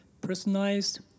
personalized